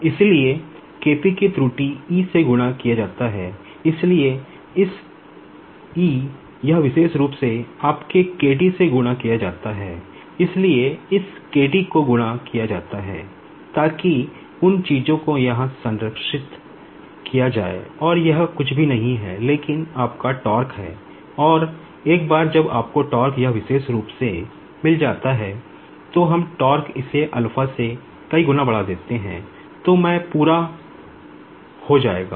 इसलिए K P को त्रुटि से गुणा किया जाता है इसलिए यह विशेष रूप से आपके K D से गुणा किया जाता है इसलिए इस K D को गुणा किया जाता है ताकि उन चीज़ों को यहाँ सारांशित किया जाए और यह कुछ भी नहीं है लेकिन आपका है और एक बार जब आपको यह विशेष रूप से मिल जाता है तो हम इसे से कई गुना बढ़ा देते हैं तो मैं पूरा हो जाएगा